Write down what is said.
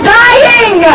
dying